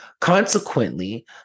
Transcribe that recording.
Consequently